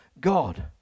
God